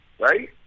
right